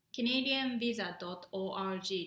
CanadianVisa.org